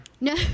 No